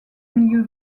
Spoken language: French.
milieu